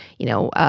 you know,